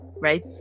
right